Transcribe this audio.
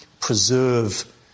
preserve